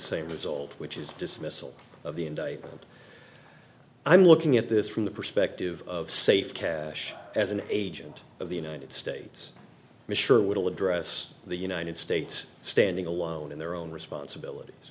same result which is dismissal of the indictment i'm looking at this from the perspective of safe cash as an agent of the united states mature will address the united states standing alone in their own responsibilities